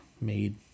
made